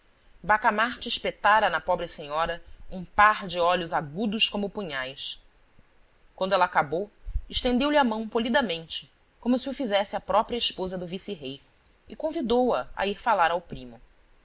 bacamarte espetara na pobre senhora um par de olhos agudos como punhais quando ela acabou estendeu-lhe a mão polidamente como se o fizesse à própria esposa do vice-rei e convidou a a ir falar ao primo